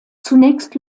zunächst